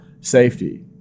safety